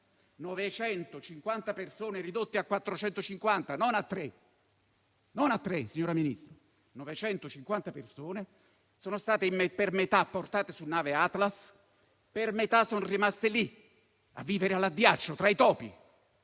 950 persone, ridotte a 450 (non a tre, signora Ministro), sono state per metà portate sulla nave Atlas e per metà sono rimaste lì, a vivere all'addiaccio, tra i topi.